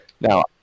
Now